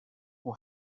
who